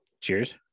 Cheers